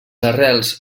arrels